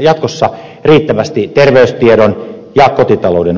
jatkossa riittävästi terveystiedon ja kotitalouden opetusta